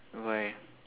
why